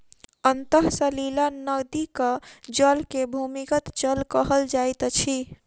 अंतः सलीला नदीक जल के भूमिगत जल कहल जाइत अछि